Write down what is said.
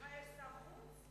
סליחה, יש שר חוץ?